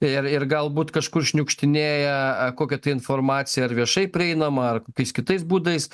ir ir galbūt kažkur šniukštinėja kokia tai informacija ar viešai prieinama ar kokiais kitais būdais